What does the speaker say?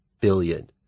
billion